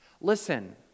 Listen